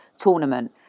tournament